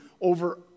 over